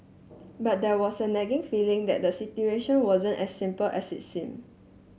but there was a nagging feeling that the situation wasn't as simple as it seemed